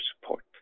support